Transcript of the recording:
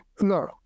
no